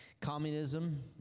Communism